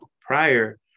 prior